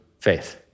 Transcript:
faith